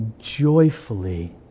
joyfully